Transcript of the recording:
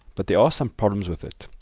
but there are some problems with it.